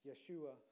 Yeshua